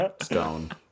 stone